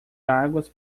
águas